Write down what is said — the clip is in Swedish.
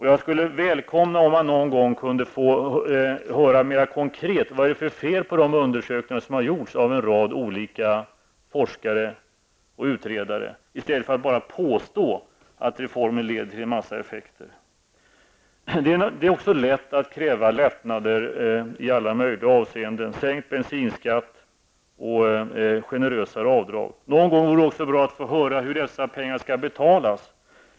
Jag skulle välkomna om jag någon gång kunde få höra mera konkret vad det är för fel på de undersökningar som gjorts av en rad olika forskare och utredare, i stället för att det bara påstås att reformen leder till en massa effekter. Det är också lätt att kräva lättnader i alla möjliga avseenden, såsom sänkt bensinskatt och generösare avdrag. Någon gång är det också bra att få höra hur dessa pengar skall betalas.